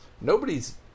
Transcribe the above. nobody's